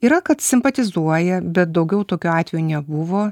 yra kad simpatizuoja bet daugiau tokių atvejų nebuvo